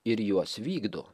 ir juos vykdo